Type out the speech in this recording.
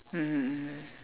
mmhmm mmhmm